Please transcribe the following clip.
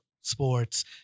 sports